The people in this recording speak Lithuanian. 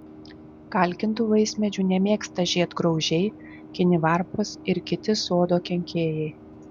kalkintų vaismedžių nemėgsta žiedgraužiai kinivarpos ir kiti sodo kenkėjai